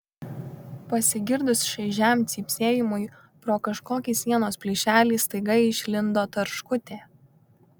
pasigirdus šaižiam cypsėjimui pro kažkokį sienos plyšelį staiga išlindo tarškutė